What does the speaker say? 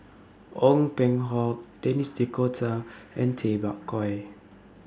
Ong Peng Hock Denis D'Cotta and Tay Bak Koi